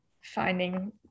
finding